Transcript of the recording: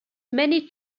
many